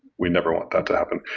we never want that to happen.